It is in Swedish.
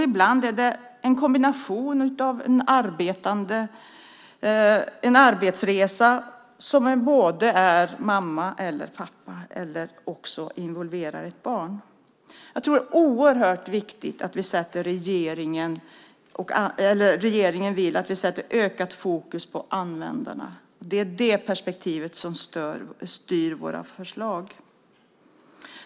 Ibland är det en kombination av en arbetsresa med en mamma eller en pappa som också involverar ett barn. Regeringen vill att vi sätter ökat fokus på användarna. Det är det perspektivet som styr våra förslag.